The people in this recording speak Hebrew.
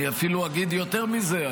אני אפילו אגיד יותר מזה,